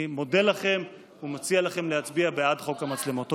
אני מודה לכם ומציע לכם להצביע בעד חוק המצלמות.